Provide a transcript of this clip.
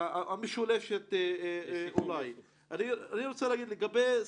בדרך כלל כשאני מגיעה לוועדה אני באמת מסתכלת